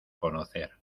conocer